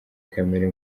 kamere